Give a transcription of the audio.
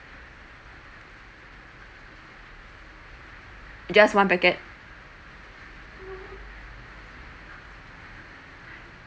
just one packet